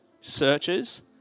searches